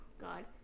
God